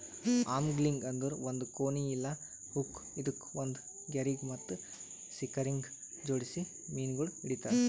angling ಅಂದುರ್ ಒಂದ್ ಕೋನಿ ಇಲ್ಲಾ ಹುಕ್ ಇದುಕ್ ಒಂದ್ ಗೆರಿಗ್ ಮತ್ತ ಸಿಂಕರಗ್ ಜೋಡಿಸಿ ಮೀನಗೊಳ್ ಹಿಡಿತಾರ್